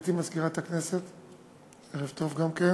גברתי מזכירת הכנסת, ערב טוב לכן,